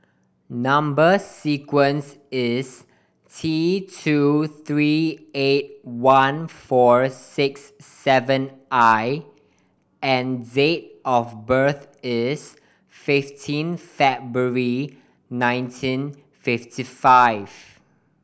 number sequence is T two three eight one four six seven I and date of birth is fifteen February nineteen fifty five